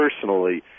personally